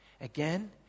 again